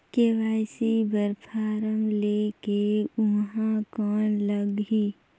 KYC बर form ले के ऊहां कौन लगही?